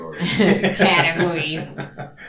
Categories